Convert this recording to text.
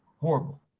horrible